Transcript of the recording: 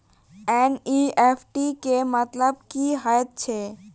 NEFT केँ मतलब की हएत छै?